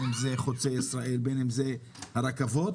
חוצה ישראל, הרכבת,